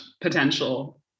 potential